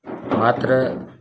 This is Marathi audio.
मात्र